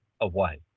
away